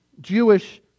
Jewish